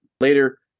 later